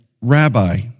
Rabbi